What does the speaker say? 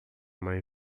mãe